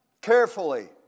carefully